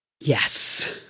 Yes